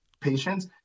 patients